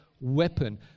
weapon